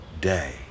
day